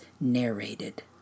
narrated